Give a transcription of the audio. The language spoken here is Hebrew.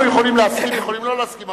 אנחנו יכולים להסכים ויכולים שלא להסכים,